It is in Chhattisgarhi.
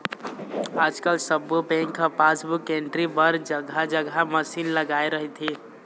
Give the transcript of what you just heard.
आजकाल सब्बो बेंक ह पासबुक एंटरी बर जघा जघा मसीन लगाए रहिथे